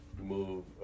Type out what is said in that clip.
move